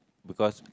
because